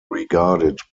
regarded